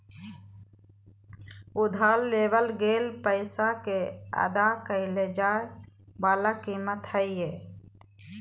उधार लेवल गेल पैसा के अदा कइल जाय वला कीमत हइ